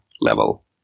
level